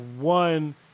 one